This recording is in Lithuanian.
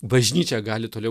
bažnyčia gali toliau